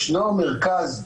ישנו מרכז,